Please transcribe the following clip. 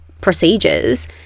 procedures